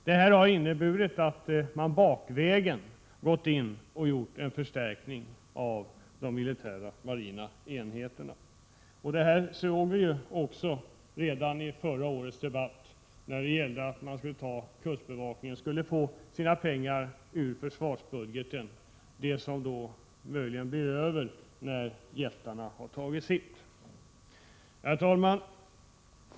Detta har inneburit att man gått in och bakvägen gjort en förstärkning av de militära marina enheterna. Vi kunde konstatera redan i förra årets debatt att kustbevakningen skulle få sina pengar ur försvarsbudgeten — det som möjligen blir över när jättarna har tagit sitt. Herr talman!